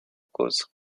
cause